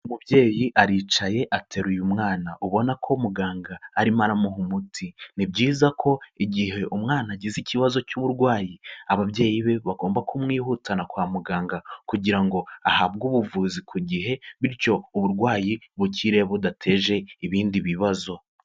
Umubyeyi aricaye ateru uyu mwana ubona ko muganga arimo aramuha umuti, ni byiza ko igihe umwana agize ikibazo cy'uburwayi ababyeyi be bagomba kumwihutana kwa muganga kugira ngo ahabwe ubuvuzi ku gihe bityo uburwayi bukire budateje ibindi bibazo.